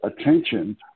attention